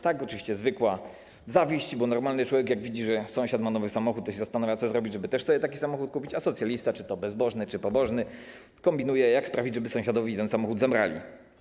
Tak, oczywiście, zwykła zawiść, bo normalny człowiek, jak widzi, że sąsiad ma nowy samochód, to zastanawia się, co zrobić, żeby też sobie taki samochód kupić, a socjalista, czy to bezbożny, czy pobożny, kombinuje, jak sprawić, żeby sąsiadowi ten samochód zabrali.